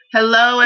Hello